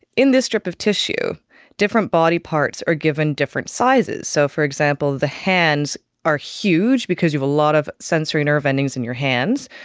in this strip of tissue different body parts are given different sizes. so, for example, the hands are huge because you lot of sensory nerve endings in your hands.